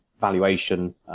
valuation